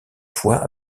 fois